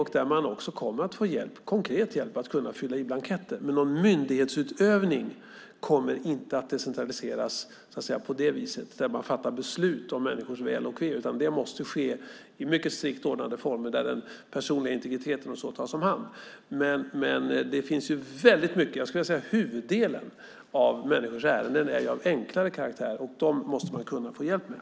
Där kommer man också att kunna få konkret hjälp med att fylla i blanketter. Men någon myndighetsutövning, där man fattar beslut om människors väl och ve, kommer inte att decentraliseras på det viset, utan det måste ske i strikt ordnade former där den personliga integriteten tas om hand. Huvuddelen av människors ärenden är av enklare karaktär, och de måste man kunna få hjälp med.